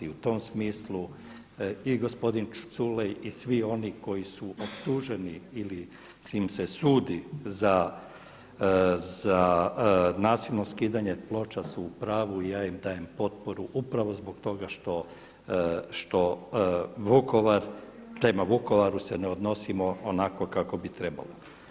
U tom smislu i gospodin Culej i svi oni koji su optuženi ili im se sudi za nasilno skidanje ploča su u pravu i ja im dajem potporu upravo zbog toga što Vukovar, prema Vukovaru se ne odnosimo onako kako bi trebalo.